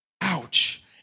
Ouch